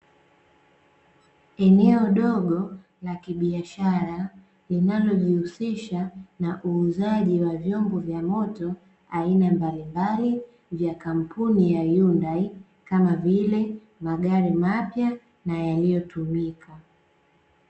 Eneo dogo la kibiashara, linalojihusisha na uuzaji wa vyombo vya moto aina mbalimbali vya kampuni ya Hyundai, kama vile; magari mapya na yaliyotumika.